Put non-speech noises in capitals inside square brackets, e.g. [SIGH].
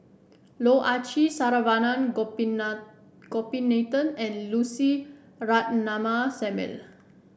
Loh Ah Chee Saravanan [UNINTELLIGIBLE] Gopinathan and Lucy Ratnammah Samuel